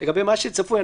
לגבי מה שצפוי.